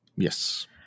Yes